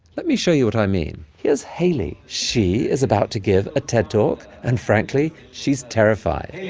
let me show you what i mean. here's haley. she is about to give a ted talk and frankly, she's terrified.